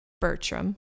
Bertram